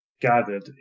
gathered